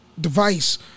device